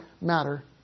matter